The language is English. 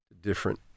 different